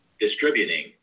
distributing